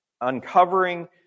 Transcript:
uncovering